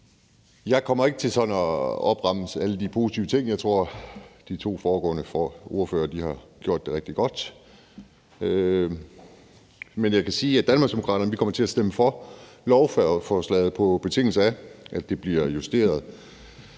Jeg kommer ikke til sådan at opremse alle de positive ting. Jeg synes, de to foregående ordførere har gjort det rigtig godt. Jeg kan sige, at Danmarksdemokraterne kommer til at stemme for lovforslaget, på betingelse af at det bliver justeret.